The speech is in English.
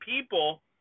people